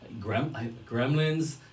Gremlins